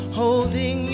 holding